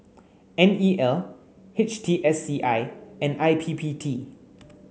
N E L H T S C I and I P P T